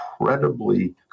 incredibly